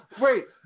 Wait